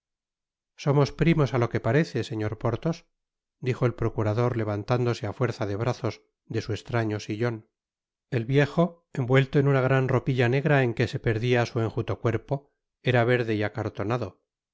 somos primos á lo que parece señor porthos dijo el procurador levantándose á fuerza de brazos de su estraño sillon el viejo envuelto en una gran ropilla negra en que se perdia su enjuto cuerpo era verde y acartonado